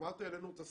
אמרת, העלינו את השכר.